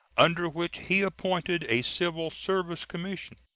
under which he appointed a civil service commission.